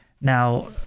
Now